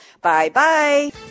Bye-bye